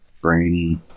brainy